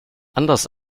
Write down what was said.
anders